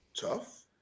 tough